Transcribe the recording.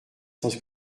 cent